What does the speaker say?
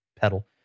pedal